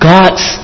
God's